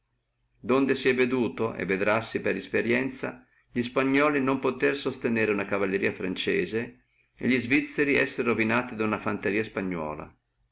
donde si è veduto e vedrassi per esperienzia li spagnoli non potere sostenere una cavalleria franzese e li svizzeri essere rovinati da una fanteria spagnola